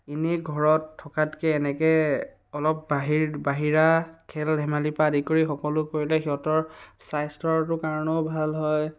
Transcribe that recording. এনেই ঘৰত থকাতকৈ এনেকৈ অলপ বাহিৰ বাহিৰা খেল ধেমালি পৰা আদি কৰি সকলো কৰিলে সিহঁতৰ স্বাস্থ্যৰটো কাৰণেও ভাল হয়